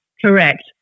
correct